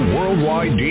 Worldwide